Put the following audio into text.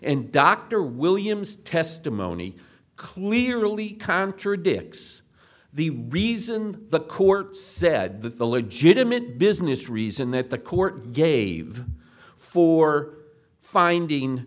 and dr williams testimony clearly contradicts the reason the court said that the legitimate business reason that the court gave for finding